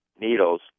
needles